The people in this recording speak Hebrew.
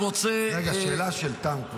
שאלה של תם,